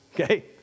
okay